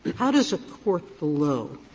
how does a court below,